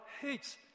hates